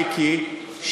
מיקי,